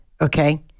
okay